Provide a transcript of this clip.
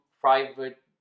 private